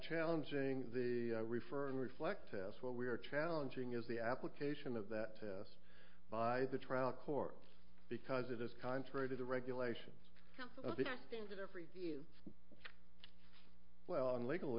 challenging the referring reflect test what we are challenging is the application of that test by the trial courts because it is contrary to the regulations of the well in legal